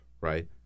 right